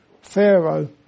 Pharaoh